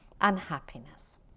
Unhappiness